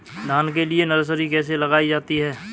धान के लिए नर्सरी कैसे लगाई जाती है?